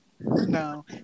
No